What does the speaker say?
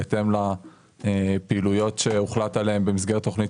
בהתאם לפעילויות שהוחלט עליהן במסגרת תוכנית